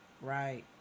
Right